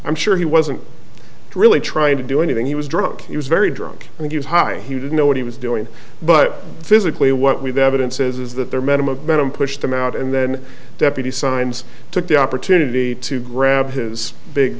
i'm sure he wasn't really trying to do anything he was drunk he was very drunk and he was high he didn't know what he was doing but physically what we the evidence is that there are men among men and pushed them out and then deputy signs took the opportunity to grab his big